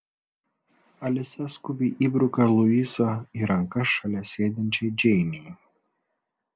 alisa skubiai įbruka luisą į rankas šalia sėdinčiai džeinei